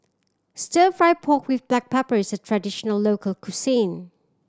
Stir Fry pork with black pepper is a traditional local cuisine